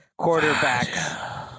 quarterbacks